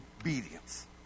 obedience